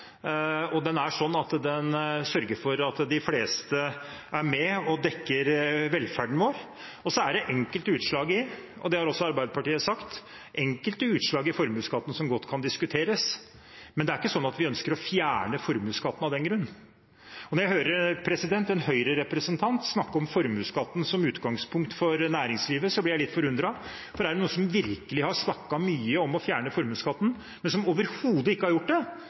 er den gjennomtenkt, og den er i utgangspunktet god. Den er sånn at den sørger for at de fleste er med og dekker velferden vår. Så er det enkelte utslag i formuesskatten som godt kan diskuteres, det har også Arbeiderpartiet sagt, men det er ikke sånn at vi ønsker å fjerne formuesskatten av den grunn. Når jeg hører en Høyre-representant snakke om formuesskatten som utgangspunkt for næringslivet, blir jeg litt forundret, for er det noen som virkelig har snakket mye om å fjerne formuesskatten, men som overhodet ikke har gjort det,